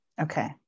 Okay